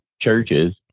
churches